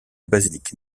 basilique